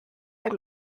and